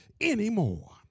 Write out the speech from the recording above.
anymore